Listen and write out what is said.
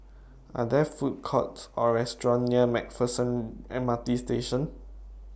Are There Food Courts Or restaurants near Mac Pherson M R T Station